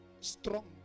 strong